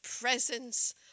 presence